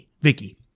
Vicky